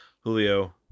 Julio